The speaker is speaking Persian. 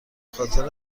خاطر